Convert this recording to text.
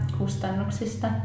kustannuksista